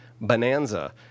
bonanza